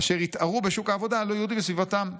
אשר התערו בשוק העבודה הלא-יהודי בסביבתם.